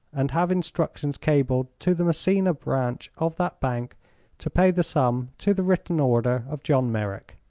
and have instructions cabled to the messina branch of that bank to pay the sum to the written order of john merrick.